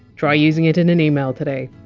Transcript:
try using it in an email today